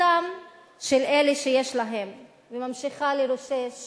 לכיסם של אלה שיש להם וממשיכה לרושש